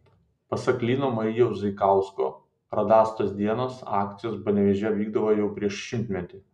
pasak lino marijaus zaikausko radastos dienos akcijos panevėžyje vykdavo jau prieš šimtmetį